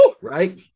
Right